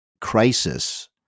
crisis